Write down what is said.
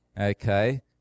Okay